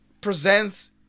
Presents